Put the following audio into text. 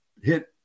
hit